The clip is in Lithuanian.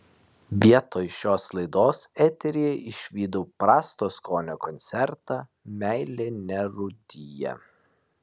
vietoj šios laidos eteryje išvydau prasto skonio koncertą meilė nerūdija